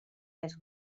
més